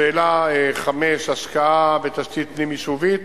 שאלה 5, השקעה בתשתית פנים-יישובית.